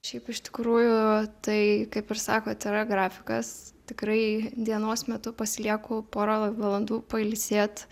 šiaip iš tikrųjų tai kaip ir sakot yra grafikas tikrai dienos metu pasilieku porą valandų pailsėt